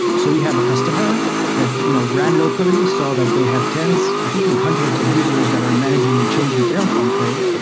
so we have a customer that you know ran locally saw that they have tens, i think even hundreds of users that are managing and changing terraform code,